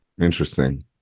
Interesting